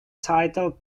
title